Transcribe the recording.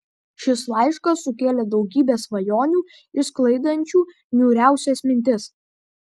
šis laiškas sukėlė daugybę svajonių išsklaidančių niūriausias mintis